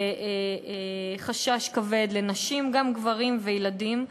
חשש כבד לנשים, גם גברים וילדים.